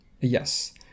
Yes